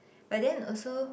but then also